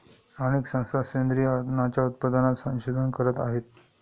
अनेक संस्था सेंद्रिय अन्नाच्या उत्पादनात संशोधन करत आहेत